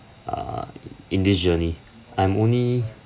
err in this journey I'm only